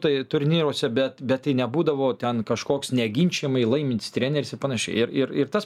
tai turnyruose bet bet tai nebūdavo ten kažkoks neginčijamai laimintis treneris ir panašiai ir ir ir tas